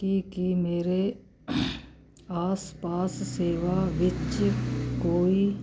ਕੀ ਕੀ ਮੇਰੇ ਆਸ ਪਾਸ ਸੇਵਾ ਵਿੱਚ ਕੋਈ